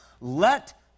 let